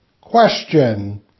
Question